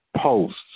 posts